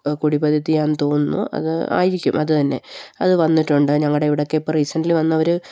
കുടിവെള്ള പദ്ധതിയാണെന്ന് തോന്നുന്നു അതായിരിക്കും അതുതന്നെ അത് വന്നിട്ടുണ്ട് ഞങ്ങളുടെ ഇവിടെയൊക്കെ ഇപ്പോള് റീസൻറ്ലി വന്ന ഒരു